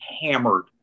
hammered